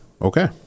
Okay